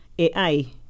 AI